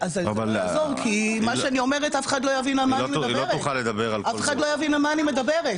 אף אחד לא יבין על מה אני מדברת.